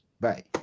Bye